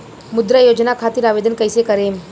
मुद्रा योजना खातिर आवेदन कईसे करेम?